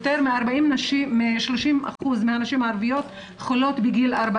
יותר מ-30% מהנשים הערביות חולות בגיל 40